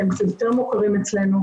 שהם קצת יותר מוכרים אצלנו,